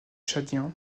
tchadien